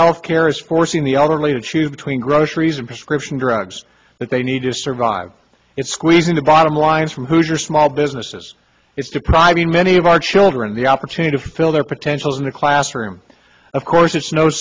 health care is forcing the elderly to choose between groceries and prescription drugs that they need to survive it squeezing the bottom lines from hoosier small businesses it's depriving many of our children the opportunity to fill their potential in the classroom of course it's no